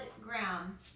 ground